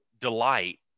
delight